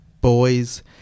boys –